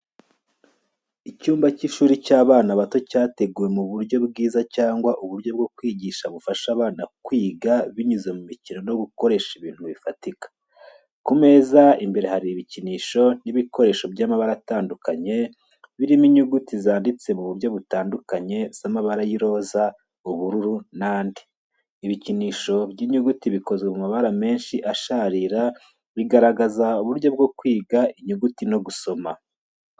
Icyumba cy’ishuri cy’abana bato, cyateguwe mu buryo bwiza cyangwa uburyo bwo kwigisha bufasha abana kwiga binyuze mu mikino no gukoresha ibintu bifatika. Ku meza imbere hari ibikinisho n’ibikoresho by’amabara atandukanye, birimo: inyuguti zanditse mu buryo butandukanye z’amabara y'iroza, ubururu n’andi. Ibikinisho by’inyuguti bikozwe mu mabara menshi asharira, bigaragaza uburyo bwo kwiga inyuguti no gusoma.